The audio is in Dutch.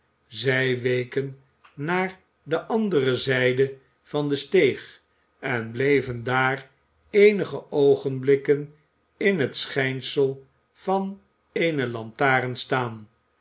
zij weken naar de andere zijde van de steeg en bleven daar eenige oogenblikken in het schijnsel van eene lantaren staan